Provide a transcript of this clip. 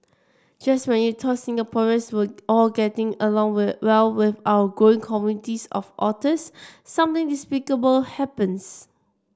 just when you thought Singaporeans were all getting along well with our growing communities of otters something despicable happens